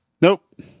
Nope